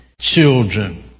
children